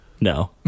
No